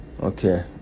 Okay